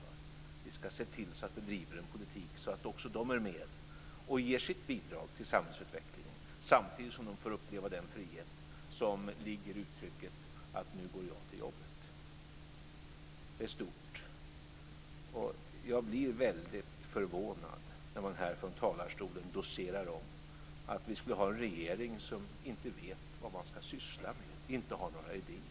Vi ska se till att vi driver en politik så att också de är med och ger sitt bidrag till samhällsutvecklingen, samtidigt som de får uppleva den frihet som ligger i uttrycket "nu går jag till jobbet". Det är stort. Jag blir väldigt förvånad när man här ifrån talarstolen docerar om att vi skulle ha en regering som inte vet vad den ska syssla med och som inte har några idéer.